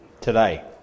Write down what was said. today